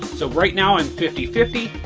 so right now and fifty fifty,